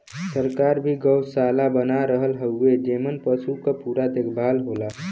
सरकार भी गौसाला बना रहल हउवे जेमन पसु क पूरा देखभाल होला